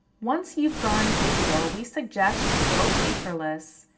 once you've gone digital, we suggest you go paperless.